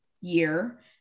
year